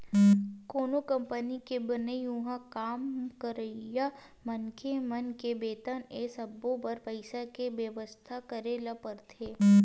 कोनो कंपनी के बनई, उहाँ काम करइया मनखे मन के बेतन ए सब्बो बर पइसा के बेवस्था करे ल परथे